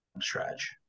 stretch